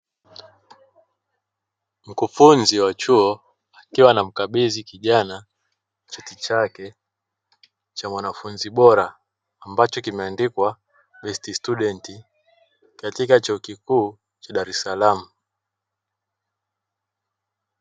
Mkufunzi wa chuo akiwa anamkabidhi kijana cheti chake cha mwanafunzi bora ambacho kimeandikwa "best student" katika chuo kikuu cha dar-es-salaam.